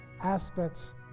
aspects